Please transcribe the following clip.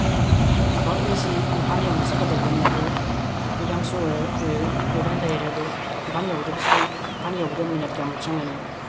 ꯚꯥꯏ ꯑꯩꯁꯦ ꯏꯝꯐꯥꯜ ꯌꯧꯅ ꯆꯠꯀꯗꯕꯅꯤ ꯑꯗꯨ ꯇ꯭ꯔꯥꯐꯤꯛ ꯖꯥꯝꯁꯨ ꯑꯣꯏꯔ ꯑꯣꯏꯔ ꯑꯣꯏꯗꯨꯅ ꯂꯩꯔꯦ ꯑꯗꯣ ꯏꯝꯐꯥꯜ ꯌꯧꯒꯗꯕꯁꯦ ꯏꯝꯐꯥꯜ ꯌꯧꯕꯗ ꯃꯤꯅꯠ ꯀꯌꯥꯃꯨꯛ ꯆꯪꯒꯅꯤ